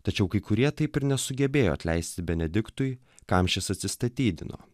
tačiau kai kurie taip ir nesugebėjo atleisti benediktui kam šis atsistatydino